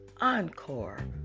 Encore